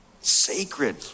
Sacred